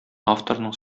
авторның